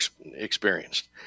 experienced